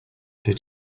did